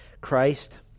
Christ